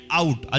out